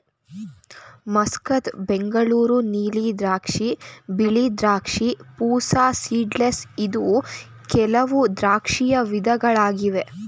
Muscat, Bengaluru ನೀಲಿ ದ್ರಾಕ್ಷಿ, ಬಿಳಿ ದ್ರಾಕ್ಷಿ, ಪೂಸಾ ಸೀಡ್ಲೆಸ್ ಇದು ಕೆಲವು ದ್ರಾಕ್ಷಿಯ ವಿಧಗಳಾಗಿವೆ